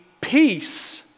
peace